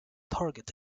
target